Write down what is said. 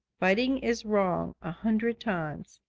fighting is wrong, a hundred times.